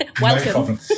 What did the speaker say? Welcome